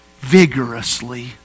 vigorously